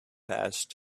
passed